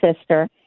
sister